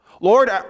Lord